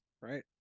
right